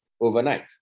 overnight